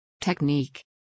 Technique